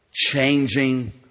Changing